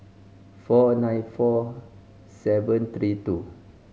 four nine four seven three two